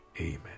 Amen